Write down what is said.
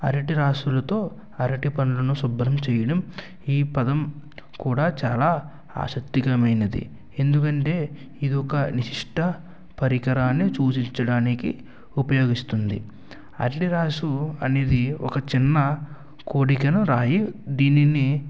అరటి రాశులతో అరటి పండ్లను శుభ్రం చేయడం ఈ పదం కూడా చాలా ఆసక్తికరమైనది ఎందుకంటే ఇది ఒక నిశిష్ట పరికరాన్ని చూచించడానికి ఉపయోగిస్తుంది అరటి రాశు అనేది ఒక చిన్న కూడికను రాయి దీనిని